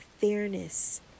fairness